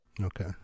Okay